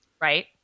right